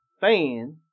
fan